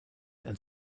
and